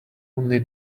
only